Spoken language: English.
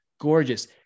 gorgeous